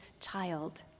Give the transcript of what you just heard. child